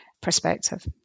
perspective